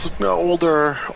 older